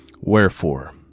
Wherefore